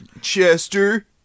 Chester